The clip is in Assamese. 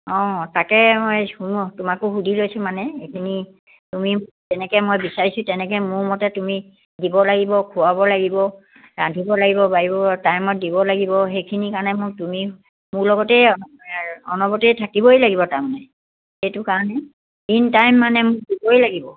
অঁ তাকে মই সোধোঁ তোমাকো সুধি লৈছোঁ মানে এইখিনি তুমি যেনেকৈ মই বিচাৰিছোঁ তেনেকৈ মোৰ মতে তুমি দিব লাগিব খোৱাব লাগিব ৰান্ধিব লাগিব বাঢ়িব টাইমত দিব লাগিব সেইখিনি কাৰণে মোক তুমি মোৰ লগতেই অনবৰতেই আৰু অনবৰতেই থাকিবই লাগিব তাৰমানে সেইটো কাৰণে তিনি টাইম মানে মোক দিবই লাগিব